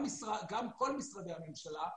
גם כל משרדי הממשלה,